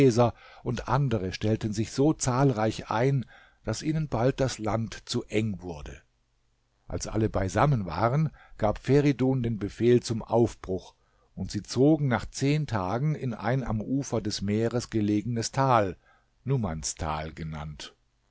und andere stellten sich so zahlreich ein daß ihnen bald das land zu eng wurde als alle beisammen waren gab feridun den befehl zum aufbruch und sie zogen nach zehn tagen in ein am ufer des meeres gelegenes tal numansthal genannt